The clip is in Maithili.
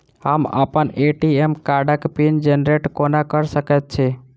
हम अप्पन ए.टी.एम कार्डक पिन जेनरेट कोना कऽ सकैत छी?